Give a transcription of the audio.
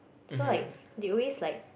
so like they always like